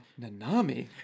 Nanami